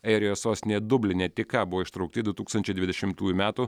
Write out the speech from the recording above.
airijos sostinėje dubline tik ką buvo ištraukti du tūkstančiai dvidešimtųjų metų